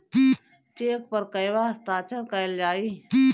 Check पर कहवा हस्ताक्षर कैल जाइ?